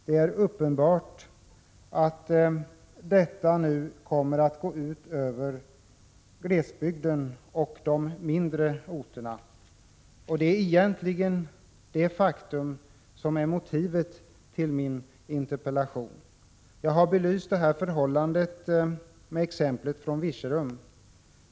Det är uppenbart att detta nu kommer att gå ut över glesbygden och de mindre orterna — och det är egentligen detta faktum som är motivet till min interpellation. Jag har belyst detta förhållande med exemplet från Virserum.